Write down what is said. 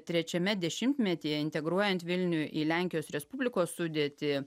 trečiame dešimtmetyje integruojant vilnių į lenkijos respublikos sudėtį